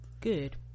good